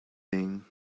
thing